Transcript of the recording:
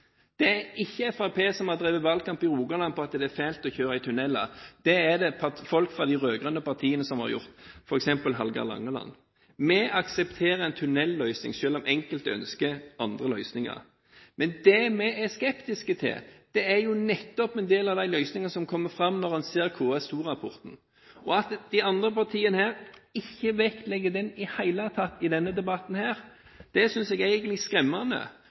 Det er ikke Fremskrittspartiet som har drevet valgkamp i Rogaland på at det er fælt å kjøre i tunneler – det er det folk fra de rød-grønne partiene som har gjort, f.eks. Hallgeir H. Langeland. Vi aksepterer en tunnelløsning, selv om enkelte ønsker andre løsninger. Det vi er skeptiske til, er nettopp en del av de løsningene som kommer fram i KS2-rapporten. At de andre partiene ikke vektlegger den i det hele tatt i denne debatten, synes jeg egentlig er skremmende.